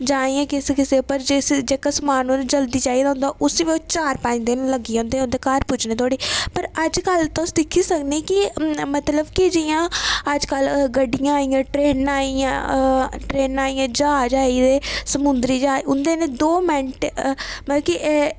जां किसै किसै पर जेह्का समेआन जल्दी चाहिदा होंदा उसी कोई चार पंज दिन लग्गी जंदे हे उंदे घर पुज्जने धोड़ी पर अज्जकल तुस दिक्खी सकने कि मतलब कि अज्जकल गड्डियां इन्नियां आइयां ओह् ट्रेनां आइयां ज्हाज आई गे समुंदरी ज्हाज उंदे नै ओह् दौ मिंट मतलब कि